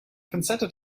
pinzette